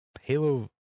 Halo